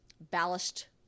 ballast